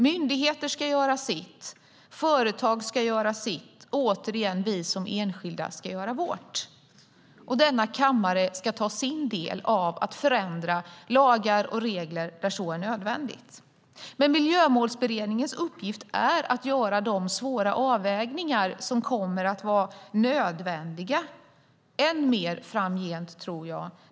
Myndigheter ska göra sitt, företag ska göra sitt, vi som enskilda ska göra vårt och denna kammare ska ta sin del för att förändra lagar och regler när så är nödvändigt. Miljömålsberedningens uppgift är att göra de svåra avvägningar som kommer att vara än mer nödvändiga framgent.